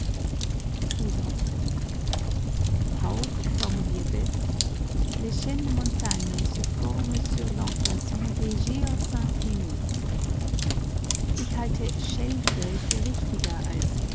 des gosynclinaux ich halte schelfe für richtiger als